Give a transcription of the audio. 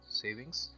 savings